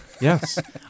Yes